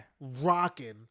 rocking